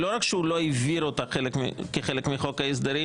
לא רק שהוא לא העביר אותה כחלק מחוק ההסדרים,